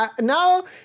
now